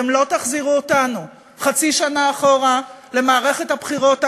אתם לא תחזירו אותנו חצי שנה אחורה למערכת הבחירות האחרונה,